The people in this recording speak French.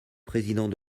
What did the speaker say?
président